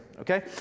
okay